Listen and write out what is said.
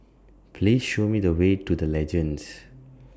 Please Show Me The Way to The Legends